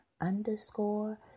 underscore